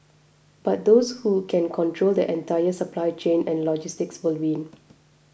but those who can control the entire supply chain and logistics will win